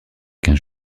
qu’un